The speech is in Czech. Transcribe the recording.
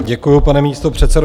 Děkuji, pane místopředsedo.